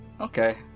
Okay